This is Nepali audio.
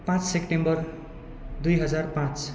पाँच सेप्टेम्बर दुई हजार पाँच